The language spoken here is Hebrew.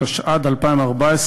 התשע"ד 2014,